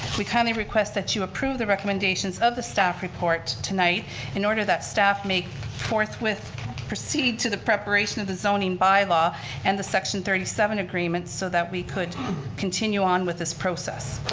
we kindly request that your approve the recommendations of the staff report tonight in order that staff may forthwith proceed to the preparation of the zoning by-law and the section thirty seven agreement so that we could continue on with this process.